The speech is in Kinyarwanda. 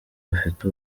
bafite